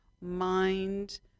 Mind